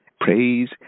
Praise